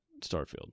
Starfield